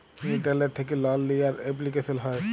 ইলটারলেট্ থ্যাকে লল লিয়ার এপলিকেশল হ্যয়